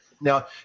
Now